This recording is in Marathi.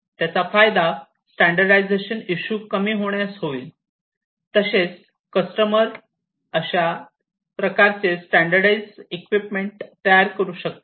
त्याचा फायदा स्टँडर्डायझेशन इशू कमी होण्यास होईल तसेच कस्टमर अशा प्रकारचे स्टँडर्डायझ इक्विपमेंट वापरू शकतील